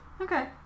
Okay